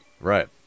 Right